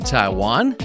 Taiwan